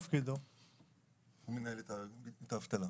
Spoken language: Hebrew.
הוא מנהל את האבטלה.